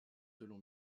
selon